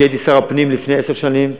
כי הייתי שר הפנים לפני עשר שנים,